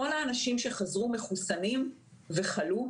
כל האנשים המחוסנים שחזרו וחלו,